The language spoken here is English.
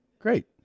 great